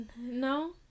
No